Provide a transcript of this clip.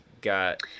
got